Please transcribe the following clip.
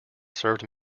served